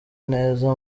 neza